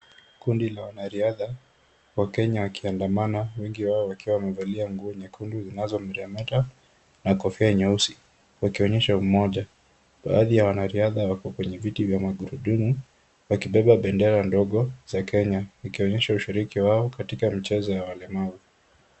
Kundi la wanariadha, wakenya, kiandamana wengi wao wakiwa wamevalia nguo nyekundu zinazomeremeta na kofia nyeusi, wakionyesha umoja. Baadhi ya wanariadha wako kwenye viti vya magurudumu wakibeba bendera ndogo za Kenya ikionyesha ushiriki wao katika mchezo wa walemavu.